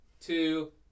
two